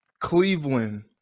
Cleveland